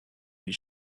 his